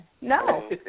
No